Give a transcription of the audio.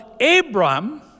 abram